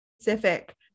specific